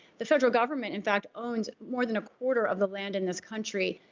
the federal government, in fact, owns more than a quarter of the land in this country.